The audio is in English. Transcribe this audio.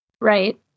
Right